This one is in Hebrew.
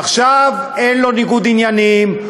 עכשיו אין לו ניגוד עניינים,